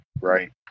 Right